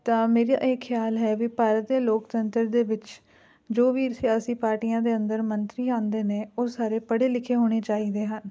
ਤਾਂ ਮੇਰਾ ਇਹ ਖਿਆਲ ਹੈ ਵੀ ਭਾਰਤ ਦੇ ਲੋਕਤੰਤਰ ਦੇ ਵਿੱਚ ਜੋ ਵੀ ਸਿਆਸੀ ਪਾਰਟੀਆਂ ਦੇ ਅੰਦਰ ਮੰਤਰੀ ਆਉਂਦੇ ਨੇ ਉਹ ਸਾਰੇ ਪੜ੍ਹੇ ਲਿਖੇ ਹੋਣੇ ਚਾਹੀਦੇ ਹਨ